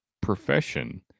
Profession